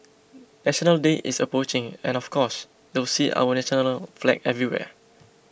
National Day is approaching and of course you'll see our national flag everywhere